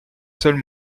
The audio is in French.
seuls